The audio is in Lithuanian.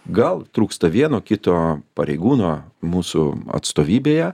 gal trūksta vieno kito pareigūno mūsų atstovybėje